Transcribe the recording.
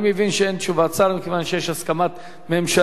אני מבין שאין תשובת שר, מכיוון שיש הסכמת ממשלה.